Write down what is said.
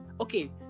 Okay